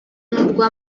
n’urwa